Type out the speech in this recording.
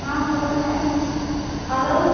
ஆ சொல்லுங்கள் ஹலோ